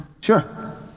Sure